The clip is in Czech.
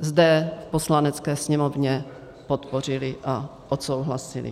zde v Poslanecké sněmovně podpořili a odsouhlasili.